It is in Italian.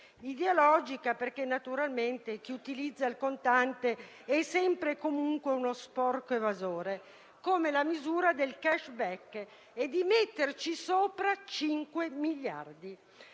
(ideologica perché naturalmente chi utilizza il contante è sempre e comunque uno sporco evasore) come il *cashback* e di metterci sopra 5 miliardi